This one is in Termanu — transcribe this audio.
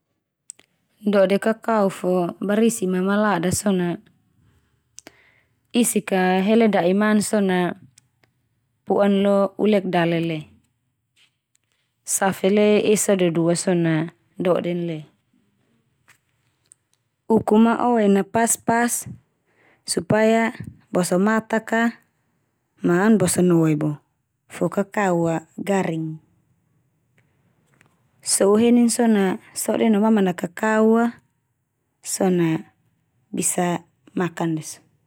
Dode kakau fo barisi ma malada so na, isik ka hele da'i man so na po'an lo ulek dale le save lai esa do dua so na doden le. Uku ma oen na pas-pas supaya boso matak a, ma an boso noe bo fo kakau a garing. So'u henin so na soden no mamana kakau a so na bisa makan ndia so.